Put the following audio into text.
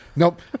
Nope